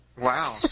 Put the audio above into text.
Wow